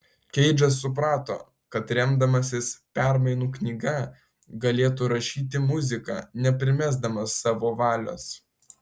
keidžas suprato kad remdamasis permainų knyga galėtų rašyti muziką neprimesdamas savo valios